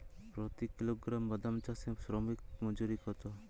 প্রতি কিলোগ্রাম বাদাম চাষে শ্রমিক মজুরি কত?